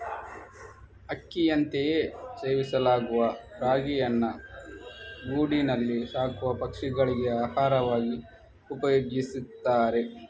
ಅಕ್ಕಿಯಂತೆಯೇ ಸೇವಿಸಲಾಗುವ ರಾಗಿಯನ್ನ ಗೂಡಿನಲ್ಲಿ ಸಾಕುವ ಪಕ್ಷಿಗಳಿಗೆ ಆಹಾರವಾಗಿ ಉಪಯೋಗಿಸ್ತಾರೆ